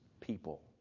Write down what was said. people